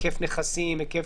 היקף נכסים.